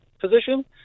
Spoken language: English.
position